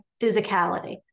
physicality